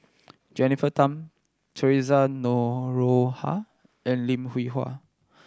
Jennifer Tham Theresa Noronha and Lim Hwee Hua